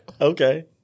Okay